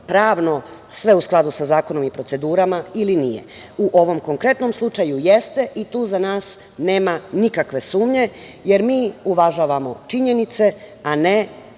pravno, sve u skladu sa zakonom i procedurama ili nije.U ovom konkretnom slučaju jeste i tu za nas nema nikakve sumnje, jer mi uvažavamo činjenice, a ne